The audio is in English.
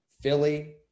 Philly